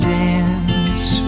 dance